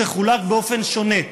תחולק באופן שונה,